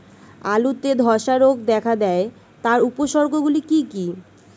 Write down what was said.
আলুতে ধ্বসা রোগ দেখা দেয় তার উপসর্গগুলি কি কি?